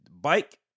bike